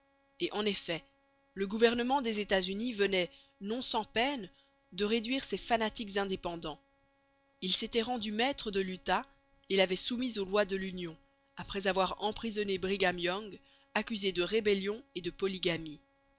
et en effet le gouvernement des états-unis venait non sans peine de réduire ces fanatiques indépendants il s'était rendu maître de l'utah et l'avait soumis aux lois de l'union après avoir emprisonné brigham young accusé de rébellion et de polygamie